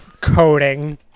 Coding